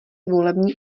volební